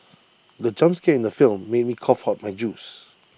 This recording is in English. the jump scare in the film made me cough out my juice